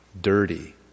dirty